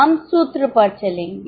हम सूत्र पर चलेंगे